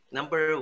Number